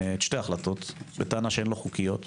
את שתי ההחלטות, בטענה שאינן חוקיות,